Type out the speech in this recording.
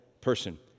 person